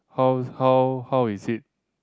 how's how how is it